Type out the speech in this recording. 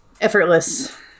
effortless